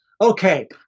okay